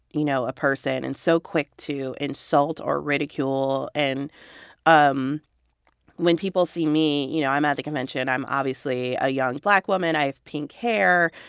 you know, a person and so quick to insult or ridicule. and um when people see me, you know, i'm at the convention. i'm obviously a young black woman. i have pink hair.